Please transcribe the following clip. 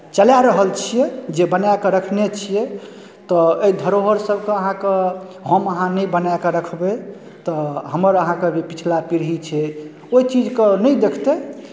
चलाए रहल छियै जे बनाए कऽ रखने छियै तऽ एहि धरोहर सभकेँ अहाँकेँ हम अहाँ नहि बनाए कऽ रखबै तऽ हमर अहाँके जे पिछला पीढ़ी छै ओहि चीजके नहि देखतै